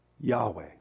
Yahweh